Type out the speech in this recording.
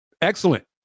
Excellent